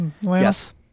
Yes